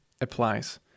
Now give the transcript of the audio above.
applies